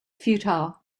futile